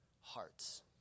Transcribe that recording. hearts